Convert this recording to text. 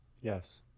Yes